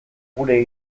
gure